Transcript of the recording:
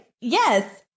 Yes